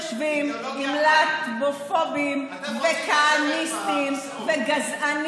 נכון שאתם יושבים עם להט"בפובים וכהניסטים וגזענים,